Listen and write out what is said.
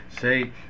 say